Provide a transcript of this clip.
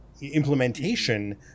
implementation